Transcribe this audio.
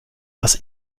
was